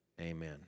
Amen